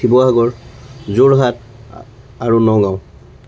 শিৱসাগৰ যোৰহাট আৰু নগাঁও